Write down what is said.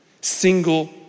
single